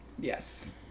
Yes